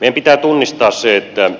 meidän pitää tunnistaa se että